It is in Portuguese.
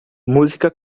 música